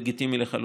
לגיטימי לחלוטין.